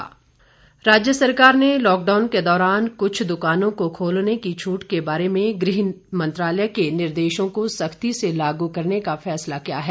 दकान निर्देश राज्य सरकार ने लॉकडाउन के दौरान कुछ दुकानों को खोलने की छूट के बारे में गृह मंत्रालय के निर्देशों को सख्ती से लागू करने का फैसला किया है